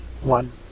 one